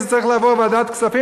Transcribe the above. זה צריך לעבור ועדת כספים.